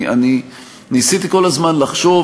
ניסיתי כל הזמן לחשוב